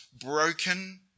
broken